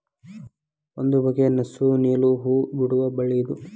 ಒಂದು ಬಗೆಯ ನಸು ನೇಲು ಹೂ ಬಿಡುವ ಬಳ್ಳಿ ಇದು